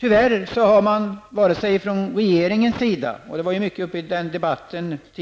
Tyvärr har vare sig regeringen -- det berördes mycket i den tidigare debatten --